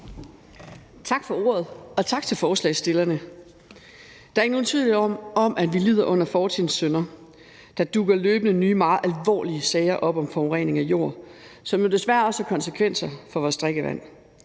Tak for ordet, og tak til forslagsstillerne. Der er ikke nogen tvivl om, at vi lider under fortidens synder. Der dukker løbende nye meget alvorlige sager op om forurening af jord, som jo desværre også har konsekvenser for vores drikkevand.